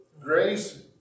grace